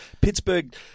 Pittsburgh